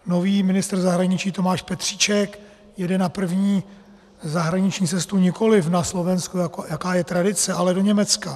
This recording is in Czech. Nový ministr zahraničí Tomáš Petříček jede na první zahraniční cestu nikoliv na Slovensko, jaká je tradice, ale do Německa.